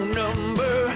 number